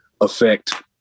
affect